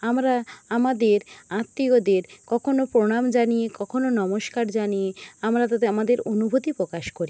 আমরা আমাদের আত্মীয়দের কখনো প্রণাম জানিয়ে কখনো নমস্কার জানিয়ে আমরা তাদের আমাদের অনুভূতি প্রকাশ করি